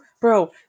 bro